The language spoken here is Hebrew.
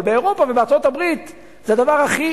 אבל באירופה ובארצות-הברית זה הדבר הכי